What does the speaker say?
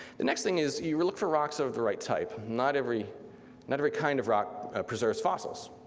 the next thing is you look for rocks of the right type. not every not every kind of rock preserves fossils.